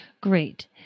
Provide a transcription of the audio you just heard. Great